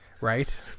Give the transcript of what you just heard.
Right